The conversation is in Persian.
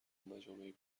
مجامع